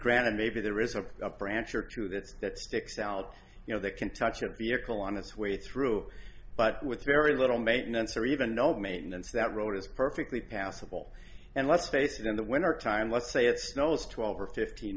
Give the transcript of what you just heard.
granted maybe there is a branch or two that that sticks out you know that can touch a vehicle on its way through but with very little maintenance or even no maintenance that road is perfectly passable and let's face it in the winter time let's say if snow is twelve or fifteen